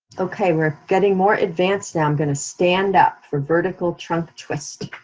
okay, we're getting more advanced now, i'm gonna stand up for vertical trunk twist.